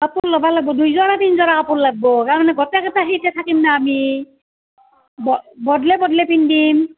কাপোৰ ল'ব লাগিব দুইযোৰা তিনিযোৰা কাপোৰ লাগিব কাৰণ গোটেই কিটা সিটে থাকিম ন আমি ব বদলে বদলে পিন্ধিম